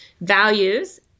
values